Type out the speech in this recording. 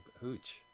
hooch